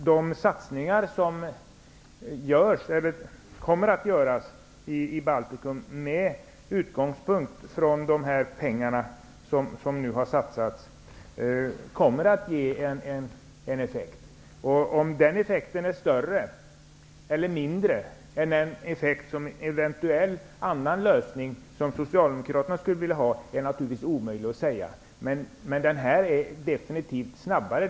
De satsningar som kommer att göras i Baltikum med utgångspunkt i de pengar som nu har satsats kommer att ge effekt. Om effekten blir större eller mindre än den effekt som Socialdemokraternas lösning eventuellt skulle få är naturligtvis omöjligt att säga. Men denna effekt kommer att nås snabbare.